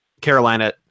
Carolina